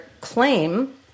claim